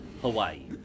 Hawaii